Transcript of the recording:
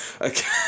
Okay